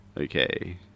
Okay